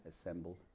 assembled